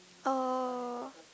oh